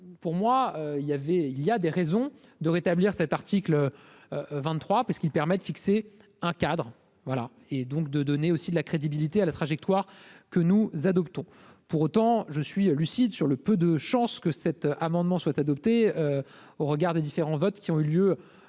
il y avait il y a des raisons de rétablir cet article 23 parce qu'il permet de fixer un cadre voilà et donc de donner aussi de la crédibilité à la trajectoire que nous adoptons pour autant je suis lucide sur le peu de chances que cet amendement soit adopté au regard des différents votes qui ont eu lieu